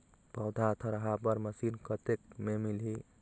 पौधा थरहा बर मशीन कतेक मे मिलही?